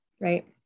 right